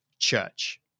church